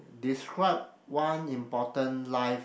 describe one important life